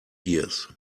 years